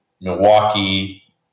Milwaukee